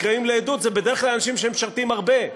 הנקראים לעדות הם בדרך כלל אנשים שמשרתים הרבה,